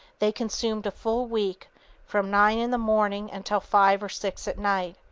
they consumed a full week from nine in the morning until five or six at night.